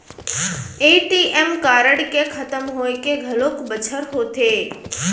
ATM card के खतम होए के घलोक बछर होथे